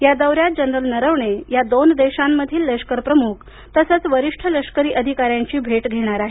या दौऱ्यात जनरल नरवणे या दोन देशांमधील लष्कर प्रमुख तसंच वरिष्ठ लष्करी अधिकाऱ्यांची भेट घेणार आहेत